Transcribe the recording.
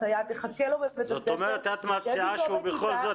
הסייעת תחכה לו בבית הספר -- זאת אומרת שאת מציעה שהוא בכל זאת